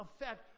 effect